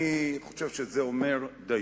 אני חושב שזה אומר דיו.